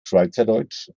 schweizerdeutsch